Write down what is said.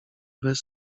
bez